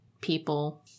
people